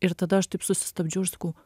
ir tada aš taip susistabdžiau ir sakau